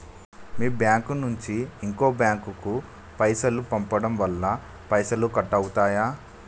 మీ bank నుంచి ఇంకో bank కు పైసలు పంపడం వల్ల పైసలు కట్ అవుతయా?